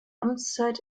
amtszeit